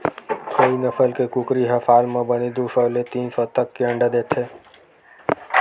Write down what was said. कइ नसल के कुकरी ह साल म बने दू सौ ले तीन सौ तक के अंडा दे देथे